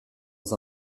dans